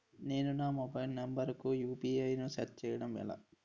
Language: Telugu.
నేను నా మొబైల్ నంబర్ కుయు.పి.ఐ ను సెట్ చేయడం ఎలా?